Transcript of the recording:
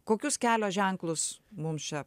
kokius kelio ženklus mums čia